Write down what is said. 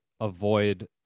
avoid